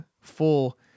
full